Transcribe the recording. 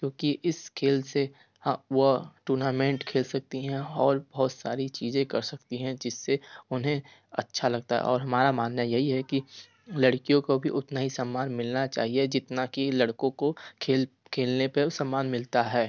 क्योंकि इस खेल से वह टूर्नामेंट खेल सकती हैं और बहुत सारी चीज़ें कर सकती हैं जिससे उन्हें अच्छा लगता है और हमारा मानना यही है कि लड़कियों को भी उतना ही सम्मान मिलना चाहिए जितना कि लड़कों को खेल खेलने पे सम्मान मिलता है